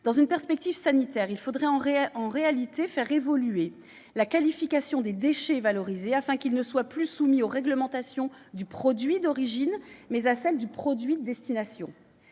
Dans une perspective sanitaire, il faudrait faire évoluer la qualification des déchets valorisés, afin qu'ils ne soient plus soumis aux réglementations du produit d'origine, mais à celles du produit de destination.